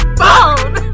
bone